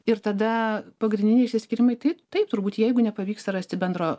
ir tada pagrindiniai išsiskyrimai taip taip turbūt jeigu nepavyksta rasti bendro